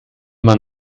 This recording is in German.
man